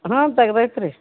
ಹಾಂ ತೆಗ್ದೈತೆ ರೀ